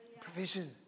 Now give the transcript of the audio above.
provision